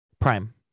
Prime